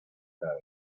eran